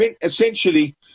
essentially